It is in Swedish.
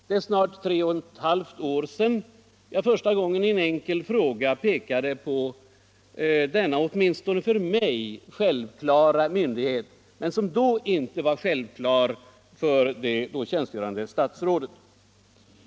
Det är snart tre och ett halvt år sedan jag första gången i en enkel fråga pekade på denna åtminstone för mig självklara möjlighet, som inte var självklar för det då ansvariga statsrådet.